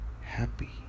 happy